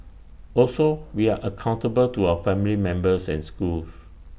also we are accountable to our family members and school